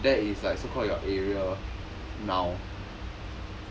that is like so called your area now